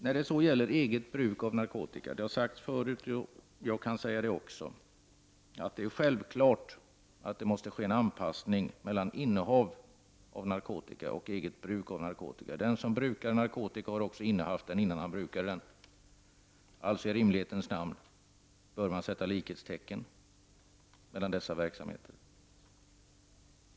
När det gäller eget bruk av narkotika är det självklart, vilket har sagts förut och vilket jag gärna säger själv, att det måste ske en samordning av reglerna kring innehav och reglerna kring eget bruk av narkotika. Den som brukar narkotika har också innehaft den innan han brukar den. Alltså borde man i rimlighetens namn sätta ett likhetstecken mellan dessa verksamheter.